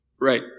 Right